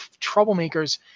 troublemakers